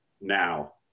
now